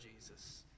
Jesus